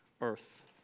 earth